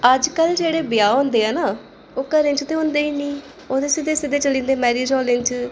अजकल जेह्ड़े ब्याह् होंदे आ न ओह् घरें च ते होंदे ई निं ओह् ते सिद्धे सिद्धे चली जंदे मैरिज हाल्लें च